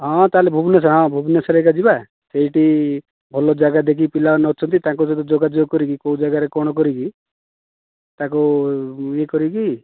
ହଁ ତାହେଲେ ଭୁବନେଶ୍ୱର ହଁ ଭୁବନେଶ୍ୱର ଏକା ଯିବା ସେଇଠି ଭଲ ଜାଗା ଦେଖିକି ପିଲାମାନେ ଅଛନ୍ତି ତାଙ୍କ ସହିତ ଯୋଗାଯୋଗ କରିକି କେଉଁ ଜାଗାରେ କଣ କରିକି ତାକୁ ଇଏ କରିକି